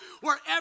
wherever